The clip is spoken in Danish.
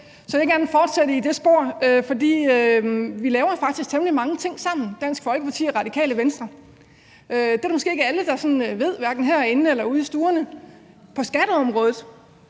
så jeg vil gerne fortsætte i det spor. Vi laver faktisk temmelig mange ting sammen, altså Dansk Folkeparti og Det Radikale Venstre, men det er der måske ikke alle der ved, hverken herinde eller ude i stuerne, på skatteområdet.